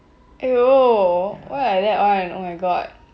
!aiyo! why like that one oh my god